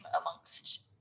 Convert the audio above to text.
amongst